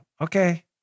Okay